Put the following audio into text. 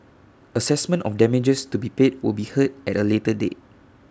Assessment of damages to be paid will be heard at A later date